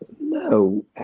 No